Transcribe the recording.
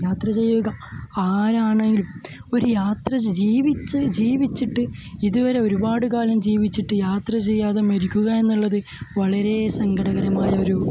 യാത്ര ചെയ്യുക ആരാണെങ്കിലും ഒരു യാത്ര ജീവിച്ചു ജീവിച്ചിട്ട് ഇതുവരെ ഒരുപാട് കാലം ജീവിച്ചിട്ട് യാത്ര ചെയ്യാതെ മരിക്കുക എന്നുള്ളത് വളരെ സങ്കടകരമായൊരു